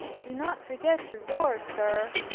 do not forget to roar, sir,